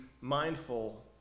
mindful